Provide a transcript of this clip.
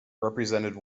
represented